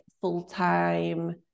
full-time